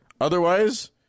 Otherwise